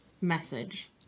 message